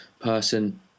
person